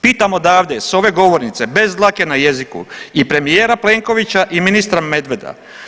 Pitam odavde s ove govornice, bez dlake na jeziku i premijera Plenkovića i ministra Medveda.